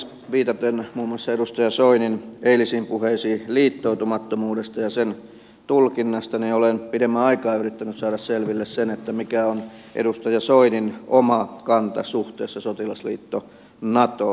viitaten muun muassa edustaja soinin eilisiin puheisiin liittoutumattomuudesta ja sen tulkinnasta olen pidemmän aikaa yrittänyt saada selville mikä on edustaja soinin oma kanta suhteessa sotilasliitto natoon